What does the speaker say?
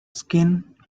skin